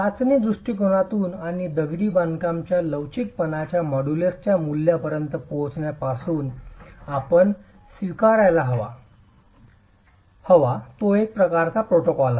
चाचणी दृष्टीकोनातून आणि दगडी बांधकाम च्या लवचिकपणाच्या मॉड्यूलसच्या मूल्यापर्यंत पोहोचण्यापासून आपण स्वीकारायला हवा तो एक प्रकारचा प्रोटोकॉल आहे